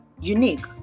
unique